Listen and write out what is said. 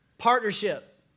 Partnership